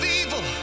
evil